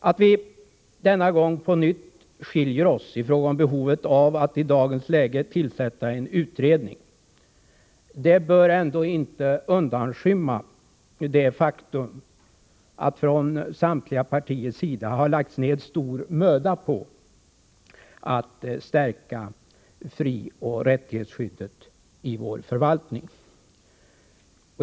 Att vi denna gång på nytt skiljer oss i fråga om behovet av att i dagens läge tillsätta en utredning bör ändå inte undanskymma det faktum att från samtliga partiers sida det har lagts ned stor möda på att stärka frioch rättighetsskyddet i vår författning.